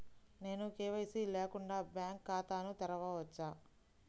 నేను కే.వై.సి లేకుండా బ్యాంక్ ఖాతాను తెరవవచ్చా?